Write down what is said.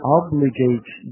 obligates